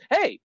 Hey